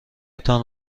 تان